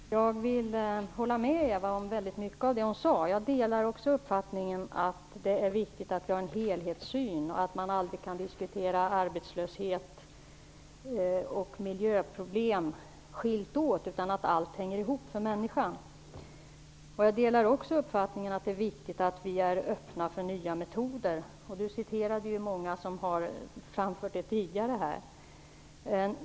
Herr talman! Jag vill hålla med Eva Eriksson om väldigt mycket av det hon sade. Jag delar uppfattningen att det är viktigt att vi har en helhetssyn och att man aldrig kan diskutera arbetslöshet och miljöproblem var för sig, utan att allt hänger ihop för människan. Jag delar också uppfattningen att det är viktigt att vi är öppna för nya metoder. Som Eva Eriksson sade har många framfört det tidigare här.